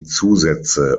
zusätze